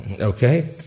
Okay